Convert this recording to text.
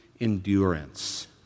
endurance